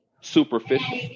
superficial